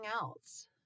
else